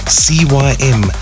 cym